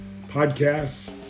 podcasts